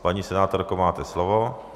Paní senátorko, máte slovo.